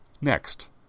Next